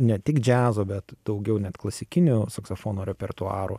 ne tik džiazo bet daugiau net klasikiniu saksofono repertuaru